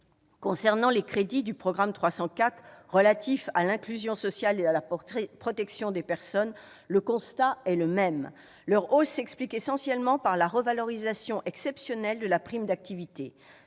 Concernant les crédits du programme 304, « Inclusion sociale et protection des personnes », le constat est le même : leur hausse s'explique essentiellement par la revalorisation exceptionnelle de la prime d'activité.